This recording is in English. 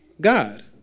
God